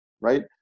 right